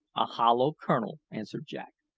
a hollow kernel, answered jack,